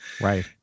Right